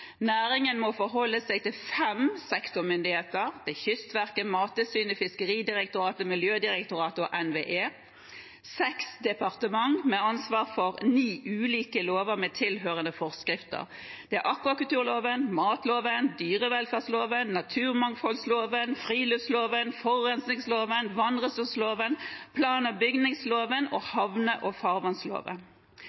Næringen må forholde seg til fem sektormyndigheter: Kystverket, Mattilsynet, Fiskeridirektoratet, Miljødirektoratet og NVE. Det er seks departement med ansvar for ni ulike lover med tilhørende forskrifter: akvakulturloven, matloven, dyrevelferdsloven, naturmangfoldloven, friluftsloven, forurensningsloven, vannressursloven, plan- og bygningsloven og